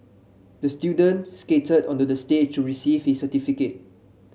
the student skated onto the stage to receive his certificate